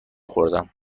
خوردم